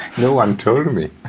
no one told me.